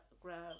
grab